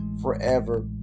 forever